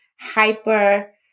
Hyper